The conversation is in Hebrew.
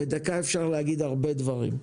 בדקה אפשר להגיד הרבה דברים.